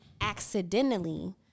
accidentally